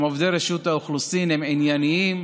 הם עובדי רשות האוכלוסין, הם ענייניים